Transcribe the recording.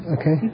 Okay